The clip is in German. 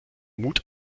mut